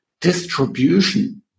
distribution